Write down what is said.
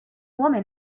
woman